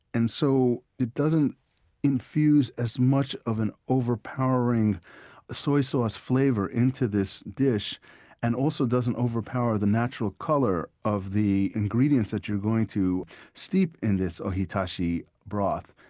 and so it doesn't infuse as much of an overpowering soy sauce flavor into this dish and also doesn't overpower the natural color of the ingredients that you're going to steep in this ohitashi broth.